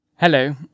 Hello